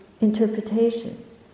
interpretations